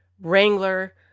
Wrangler